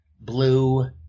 blue